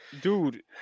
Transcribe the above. dude